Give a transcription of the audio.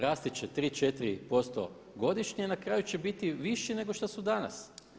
Rasti će 3, 4% godišnje, na kraju će biti viši nego što su danas.